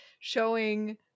showing